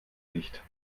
nicht